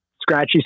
scratchy